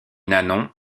nanon